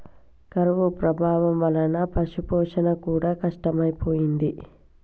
కరువు ప్రభావం వలన పశుపోషణ కూడా కష్టమైపోయింది